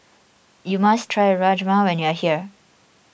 you must try Rajma when you are here